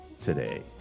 today